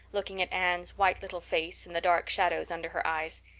looking at anne's white little face and the dark shadows under her eyes.